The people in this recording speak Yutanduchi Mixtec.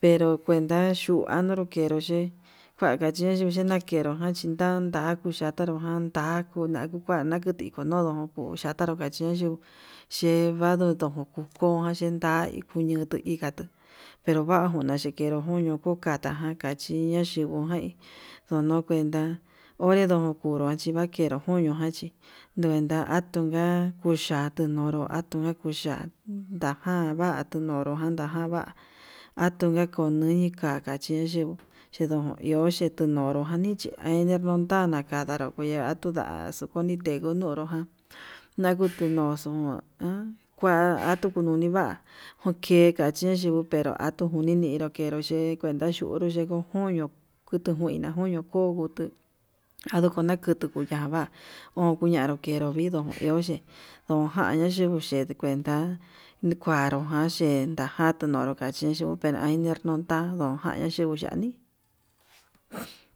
pero kuenta ñonroro kunro yee vakechexhi nakenró nachinga ndatuu yata nakenru jan ndakuna naku kuan akuu kituu nonron kuu chatanro chachen chio che'e vanduu kutu kuu ko'o, koyo yendai kuñoto ikatu pero vanguna chikenru kuño kukata jan nachinro jen dono kuenta, orevankudu vakenro kuño janchi kuenka atunka kuya tuñonro atu yakuya'a ndajun va'a tunonro jan ndava, najan nava tenoro jan ndajan va'a atujan kunuñi ka'a ndaka chin yuu yendu iho xhuteñonro janiche ende ndonta nakanaro atudaxu kuninde kunonro, na nagutenoxo an kua atuu kununi va'a njunke kachiyuu pero ayu nininro ke'e nuye'e kuenta nunru yeko'o juño kutu juina kuño'o ko'o ngutu janduu kuñakutu kuña'a va'a, ondoñanro kenro viduo keuye ndojana yinguye kuenta kuaro ján ye'e entajar ndunu kachechu uun pero enduntanduu ndujaña yinguu yanii.